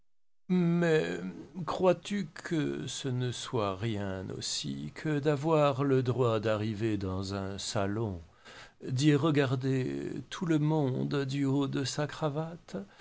crois-tu que ce ne soit rien aussi que d'avoir le droit d'arriver dans un salon d'y regarder tout le monde du haut de sa cravate